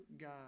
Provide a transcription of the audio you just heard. god